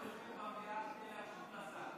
אנחנו יושבים במליאה, כל הרעשים האלה.